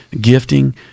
gifting